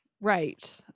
Right